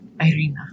Irina